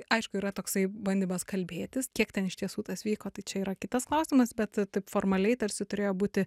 aišku yra toksai bandymas kalbėtis kiek ten iš tiesų tas vyko tai čia yra kitas klausimas bet taip formaliai tarsi turėjo būti